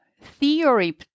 theory